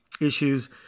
issues